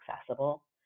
accessible